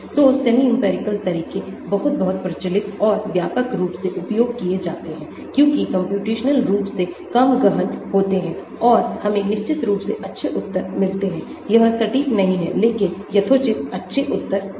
तो semi empirical तरीके बहुत बहुत प्रचलित और व्यापक रूप से उपयोग किए जाते हैं क्योंकि कम्प्यूटेशनल रूप से कम गहन होते हैं और हमें निश्चित रूप से अच्छे उत्तर मिलते हैं यह सटीक नहीं है लेकिन यथोचित अच्छे उत्तर हैं